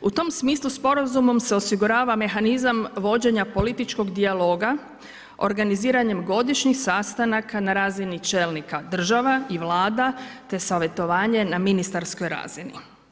U tom smislu sporazumom se osigurava mehanizam vođenja političkog dijaloga organiziranjem godišnjih sastanaka na razini čelnika država i vlada te savjetovanje na ministarskoj razini.